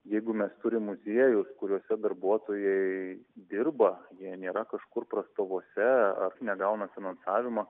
jeigu mes turim muziejus kuriuose darbuotojai dirba jie nėra kažkur prastovose ar negauna finansavimo